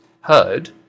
heard